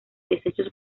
deshechos